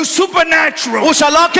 supernatural